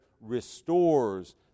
restores